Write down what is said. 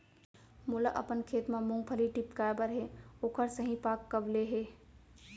मोला अपन खेत म मूंगफली टिपकाय बर हे ओखर सही पाग कब ले हे?